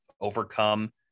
overcome